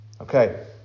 Okay